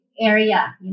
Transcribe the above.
area